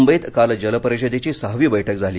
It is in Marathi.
मृंबईत काल जलपरिषदेची सहावी बैठक झाली